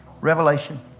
Revelation